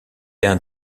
l’un